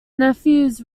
nephews